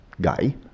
guy